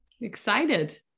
excited